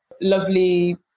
lovely